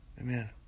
amen